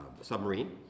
submarine